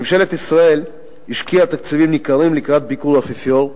ממשלת ישראל השקיעה תקציבים ניכרים לקראת ביקור האפיפיור,